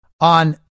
on